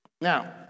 now